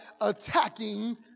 attacking